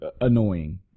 annoying